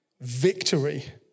Victory